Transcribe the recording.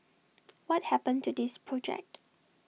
what happened to this project